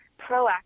proactive